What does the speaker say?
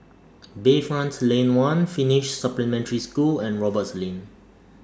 Bayfront Lane one Finnish Supplementary School and Roberts Lane